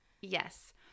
yes